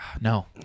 No